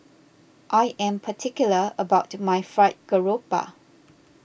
I am particular about my Fried Garoupa